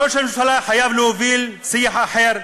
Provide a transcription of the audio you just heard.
ראש הממשלה חייב להוביל שיח אחר,